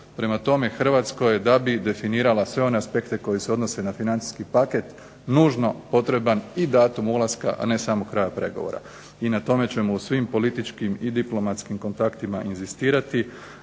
Prema tome, Hrvatskoj da bi definirala sve one aspekte koji se odnose na financijski paket nužno potreban i datum ulaska a ne samo kraja pregovora. I na tome ćemo u svim političkim i diplomatskim kontaktima inzistirati.